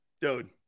Dude